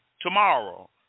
tomorrow